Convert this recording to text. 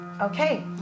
Okay